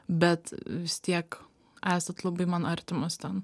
bet vis tiek esat labai man artimos ten